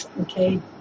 Okay